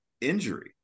injury